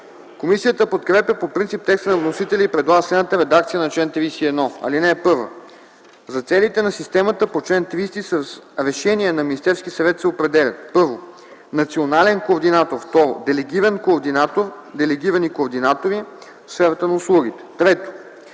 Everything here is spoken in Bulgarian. Комисията подкрепя по принцип текста на вносителя и предлага следната редакция на чл. 31: „Чл. 31. (1) За целите на системата по чл. 30 с решение на Министерския съвет се определят: 1. национален координатор; 2. делегиран координатор/делегирани координатори в